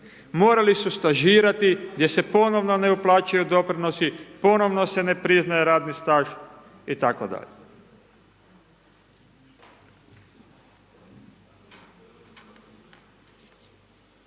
morali su stažirati gdje se ponovno ne uplaćuju doprinosi, ponovno se ne priznaje radni staž itd..